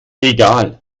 egal